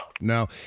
No